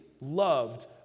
loved